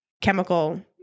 chemical